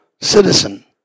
citizen